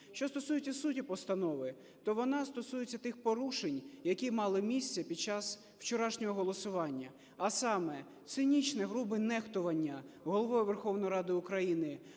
Що стосується суті постанови, то вона стосується тих порушень, які мали місце під час вчорашнього голосування, а саме: цинічне грубе нехтування Головою Верховної Ради України